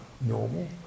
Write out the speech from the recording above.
normal